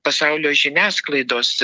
pasaulio žiniasklaidos